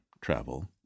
travel